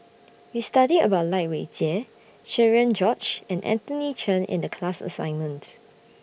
We studied about Lai Weijie Cherian George and Anthony Chen in The class assignment